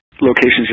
locations